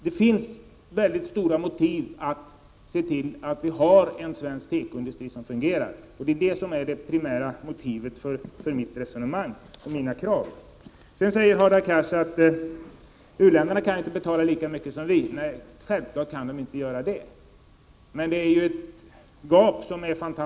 Det finns mycket starka motiv för att se till att Sverige har en tekoindustri som fungerar. Detta är det primära motivet för mitt resonemang och mina krav. Hadar Cars säger att u-länderna inte kan betala lika mycket som vi. Självfallet kan de inte göra det. Men gapet är ju fantastiskt stort.